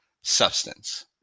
substance